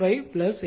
5 8